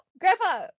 Grandpa